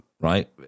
right